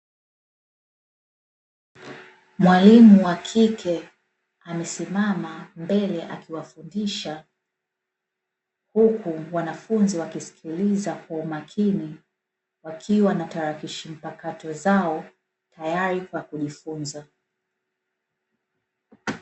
Mwalimu wa kike amesimama mbele akiwafundisha, huku wanafunzi wakisikiliza kwa umakini wakiwa na tarakishi mpakato zao kwa ajili ya kujifunza.